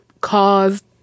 caused